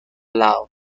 lado